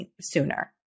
sooner